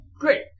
Great